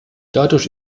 dadurch